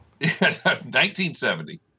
1970